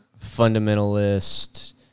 fundamentalist